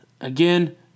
again